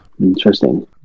Interesting